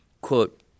quote